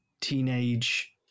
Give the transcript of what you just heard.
teenage